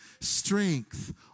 strength